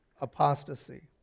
apostasy